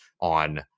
on